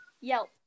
Yelp